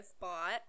bought